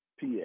PA